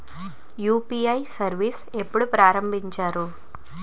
UPI service ఎప్పుడు ప్రారంభించారు?